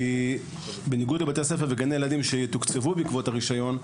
כי בניגוד לבתי הספר וגני הילדים שיתוקצבו בעקבות הרישיון,